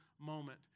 moment